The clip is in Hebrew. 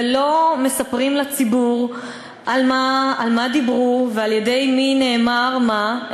ולא מספרים לציבור על מה דיברו ומה נאמר על-ידי מי,